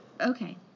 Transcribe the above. okay